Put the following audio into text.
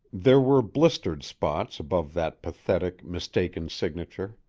there were blistered spots above that pathetic, mistaken signature.